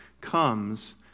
comes